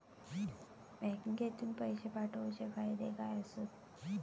बँकेतून पैशे पाठवूचे फायदे काय असतत?